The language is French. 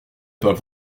pas